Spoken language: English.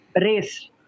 race